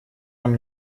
нам